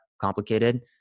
complicated